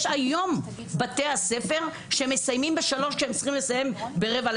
יש היום בתי ספר שמסיימים ב-15:00 כשהם צריכים לסיים ב-16:45.